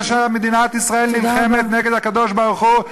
שמדינת ישראל נלחמת נגד הקדוש-ברוך-הוא,